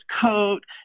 coat